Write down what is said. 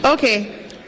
Okay